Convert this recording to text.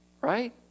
Right